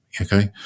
okay